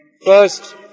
First